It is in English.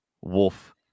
wolf